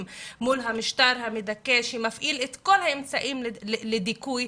מול המשטר המדכא שמפעיל את כל האמצעים לדיכוי,